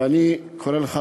ואני קורא לך,